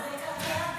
אבל זאת הממשלה הזאת,